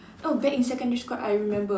oh back in secondary school I remember